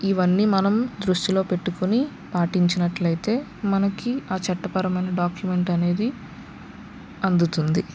ఇవన్నీ మనం దృష్టిలో పెట్టుకొని పాటించినట్లయితే మనకి ఆ చట్టపరమైన డాక్యుమెంట్ అనేది అందుతుంది